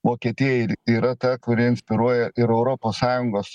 vokietija ir yra ta kuri inspiruoja ir europos sąjungos